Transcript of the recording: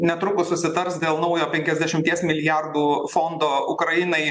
netrukus susitars dėl naujo penkiasdešimties milijardų fondo ukrainai